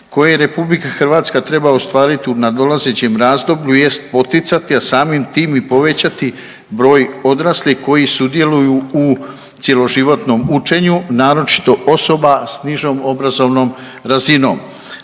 koja RH treba ostvariti u nadolazećem razdoblju jest poticati, a samim tim i povećati broj odraslih koji sudjeluju u cjeloživotnom učenju naročito osoba s nižom obrazovnom razinom.